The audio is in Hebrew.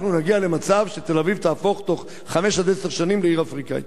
אנחנו נגיע למצב שתל-אביב תהפוך בתוך חמש עד עשר שנים לעיר אפריקנית.